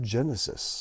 Genesis